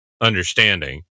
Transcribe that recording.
understanding